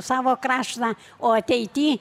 savo kraštą o ateity